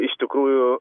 iš tikrųjų